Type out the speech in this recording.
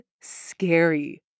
scary